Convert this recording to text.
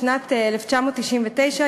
בשנת 1999,